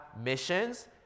missions